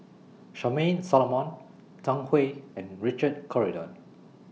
Charmaine Solomon Zhang Hui and Richard Corridon